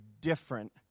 different